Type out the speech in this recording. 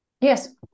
Yes